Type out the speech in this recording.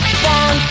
fun